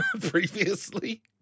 previously